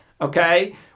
okay